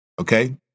Okay